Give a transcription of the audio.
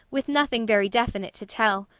with nothing very definite to tell.